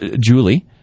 Julie